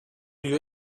you